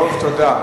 רוצה?